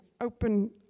open